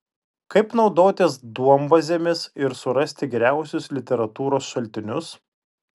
kaip naudotis duombazėmis ir surasti geriausius literatūros šaltinius